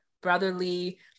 brotherly